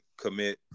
commit